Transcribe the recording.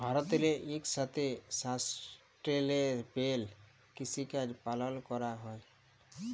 ভারতেল্লে ইকসাথে সাস্টেলেবেল কিসিকাজ পালল ক্যরা হ্যয়